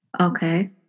okay